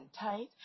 tight